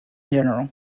general